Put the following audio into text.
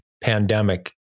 pandemic